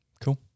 Cool